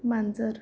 मांजर